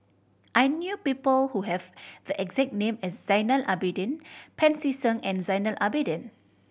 I knew people who have the exact name as Zainal Abidin Pancy Seng and Zainal Abidin